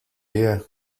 year